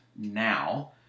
now